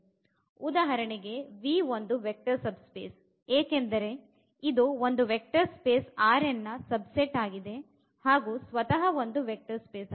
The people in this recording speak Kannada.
ಉದಾಹರಣೆಗೆ V ಒಂದು ವೆಕ್ಟರ್ ಸಬ್ ಸ್ಪೇಸ್ ಏಕೆಂದರೆ ಇದು ಒಂದು ವೆಕ್ಟರ್ಸ ಸ್ಪೇಸ್ಬ್ ನ ಸಬ್ ಸೆಟ್ ಹಾಗು ಸ್ವತಃ ಒಂದು ವೆಕ್ಟರ್ ಸ್ಪೇಸ್